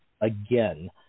again